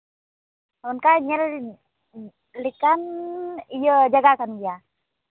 ᱚᱱᱠᱟ ᱧᱮᱞ ᱞᱮᱠᱟᱱ ᱤᱭᱟᱹ ᱡᱟᱭᱜᱟ ᱠᱟᱱ ᱜᱮᱭᱟ